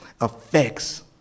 affects